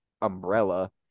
umbrella